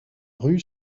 rue